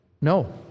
no